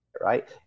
right